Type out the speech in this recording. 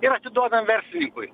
ir atiduodam verslininkui